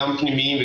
גם פנימיים,